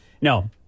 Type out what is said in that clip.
No